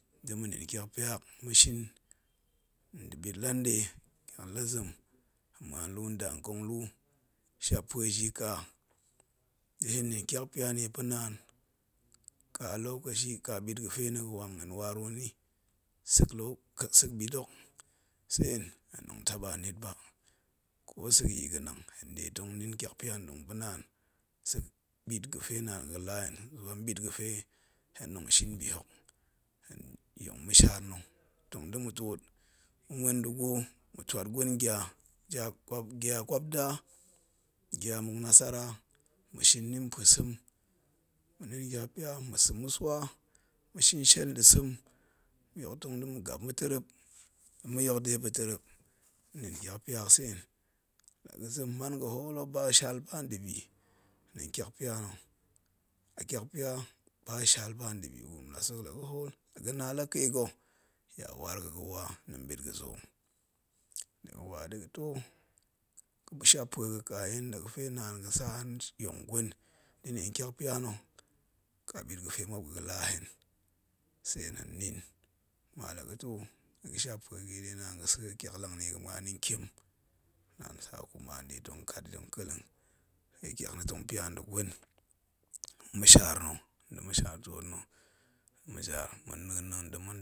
Ɗa̱ ma̱nin tyakpya hok ma̱shin nda̱ ɓit la nɗe tyak lazem hen muan lu nda nƙonglu shappue ji ka, ɗe hen nin tyakpya na̱ yi pa̱rdaan, ka lokaci, ka ɓit ga̱fe ni wa waru nni, sek lu, sek ɓit hok, sen hen rong taɓa niet ba, ko sek yii ga̱nang, hen nɗe tong nin tyak pya yi tong pa̱naan, sek ɓit ga̱fe naan ga̱la hen mɓit ga̱fe hen nong shin bi hok, hen yong ma̱shaar na̱ tong da̱ ma̱twori ma̱ muen da̱ gavo hen twat gwan gya, gya ƙwap gya kwapda, gya mmuk nasara ma̱ shin ni mpeve sem, ma̱nin tyak pya ma̱sa̱ ma̱swo, ma̱shin shiel nda̱ sem, ma̱yok tong da̱ ma̱gap ma̱ton rep, la ma̱yok depa̱ terrep ma̱nin tyakpya hok sen la ga̱zem man gahool ba shat ba nda̱bi guram la sa̱ la gahool, lagana la ke ga̱, ya waar sa̱ ga̱wa mbit ga̱sek hok, la ga̱wa̱ da̱ga̱ too ga̱shap pue ga̱ ka yin da gate naan sa hen yong gwen da̱ nin tyakpga na kabit ga̱fe muop ga̱ ga̱la hen, sen hen nin maila ga̱too, ɗe ga̱ shappue ga yi ɗe naan gasa̱a̱ tyaklang ni yi ga muan nni ntiem, naan sa kuma hen nɗa kat yin taw kallang hau tyak na̱ tong pya nda̱ gwon, ma̱shaar na̱ nda̱ ma̱shaw twoot na̱, ma̱sha ma̱na̱a̱n na̱ nda̱ ma̱n